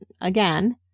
again